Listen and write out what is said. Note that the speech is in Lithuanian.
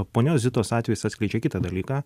ponios zitos atvejis atskleidžia kitą dalyką